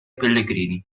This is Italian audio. pellegrini